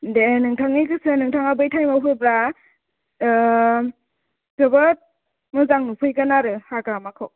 दे नोथांनि गोसो नोंथाङा बै टाइमाव होब्ला जोबोद मोजां नुफैगोन आरो हाग्रामाखौ